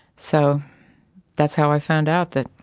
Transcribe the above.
so that's how i found out that